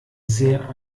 sehr